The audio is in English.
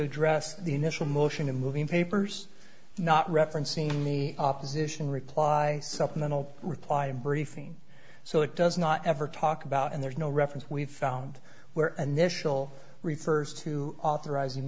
address the initial motion of moving papers not referencing me opposition reply supplemental reply to briefing so it does not ever talk about and there's no reference we've found where and this shal refers to authoriz